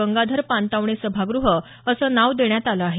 गंगाधर पानतावणे सभागृह असं नाव देण्यात आलं आहे